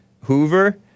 Hoover